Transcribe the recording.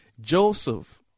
Joseph